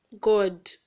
God